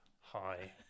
hi